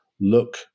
look